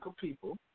people